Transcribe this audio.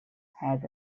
had